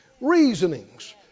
reasonings